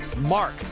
Mark